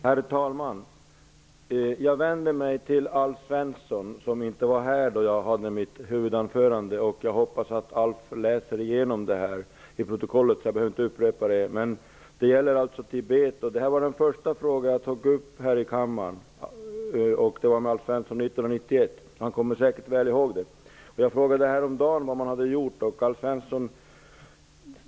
Herr talman! Jag vänder mig till Alf Svensson, som inte var här när jag höll mitt huvudanförande. Jag hoppas att Alf Svensson läser igenom det i protokollet så att jag inte behöver upprepa det. Jag tog upp situationen i Tibet. Den första fråga jag ställde till Alf Svensson 1991 här i kammaren gällde Tibet. Alf Svensson kommer säkert väl ihåg det. Jag frågade häromdagen igen vad som har gjorts.